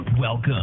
Welcome